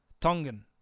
Tongan